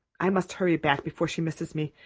i must hurry back before she misses me.